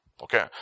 Okay